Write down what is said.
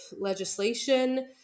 legislation